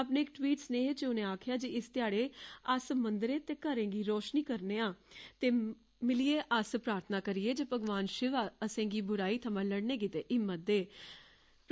अपने इक ट्वीट सनेह च उनें आक्खेआ जे इस घड़े अस मंदरें ते घरें गी रोशनी करने आं ते मिलियै अस प्रार्थना करियै जे भगवान शिव असेंगी बुराई थमां लड़ने लेई हिम्मत ते ताकत दे